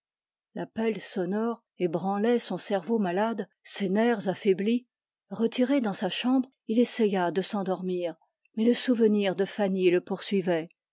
l'appel sonore ébranlait son cerveau malade ses nerfs affaiblis retiré dans sa chambre il essaya de s'endormir mais le souvenir de fanny le poursuivait